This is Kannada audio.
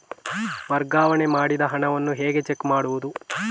ವರ್ಗಾವಣೆ ಮಾಡಿದ ಹಣವನ್ನು ಹೇಗೆ ಚೆಕ್ ಮಾಡುವುದು?